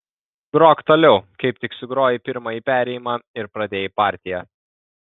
grok toliau kaip tik sugrojai pirmąjį perėjimą ir pradėjai partiją